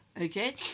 okay